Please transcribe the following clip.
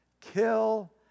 kill